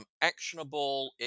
Actionable